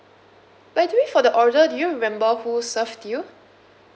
by the way for the order do you remember who served you